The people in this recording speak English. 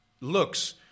looks